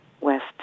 west